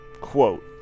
quote